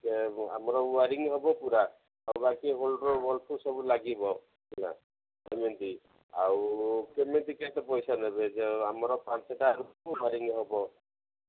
ଆମର ୱାରିଂ ହବ ପୁରା ଆଉ ବାକି ହୋଲଡର ବଲ୍ବ୍ ଫଲ ସବୁ ଲାଗିବ ହେଲା ଏମିତି ଆଉ କେମିତି କେତେ ପଇସା ନେବେ ଯେ ଆମର ପାଞ୍ଚଟା ୱାରିଂ ହବ